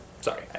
Sorry